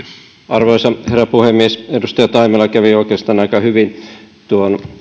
arvoisa puhemies edustaja taimela kävi oikeastaan aika hyvin läpi tuon